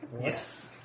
Yes